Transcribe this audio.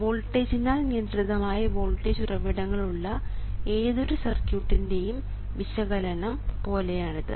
വോൾട്ടേജിനാൽ നിയന്ത്രിതമായ വോൾട്ടേജ് ഉറവിടങ്ങൾ ഉള്ള ഏതൊരു ഒരു സർക്യൂട്ടിൻറെയും വിശകലനം പോലെയാണിത്